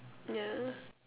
yeah